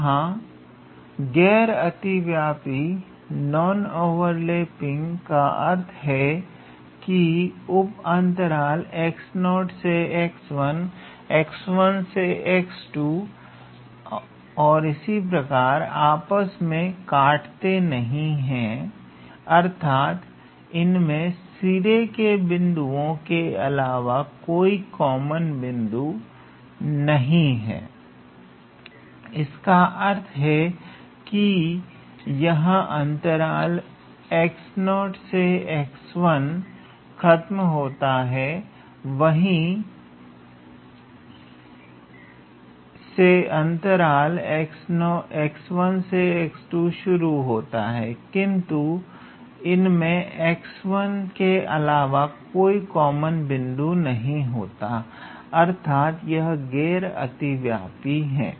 यहां गैर अतिव्यापी का अर्थ है की उपअंतराल से से आपस में काटते नहीं अर्थात इनमें सिरे के बिंदुओं के अलावा कोई कॉमन बिंदु नहीं होते इसका अर्थ है की जहां अंतराल से खत्म होता है वहीं से अंतराल से शुरू होता है किंतु इनमें x1 के अलावा कोई कॉमन बिंदु नहीं होता अर्थात यह गैर अतिव्यापी है